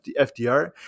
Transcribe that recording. FDR